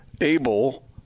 Abel